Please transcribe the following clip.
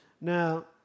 Now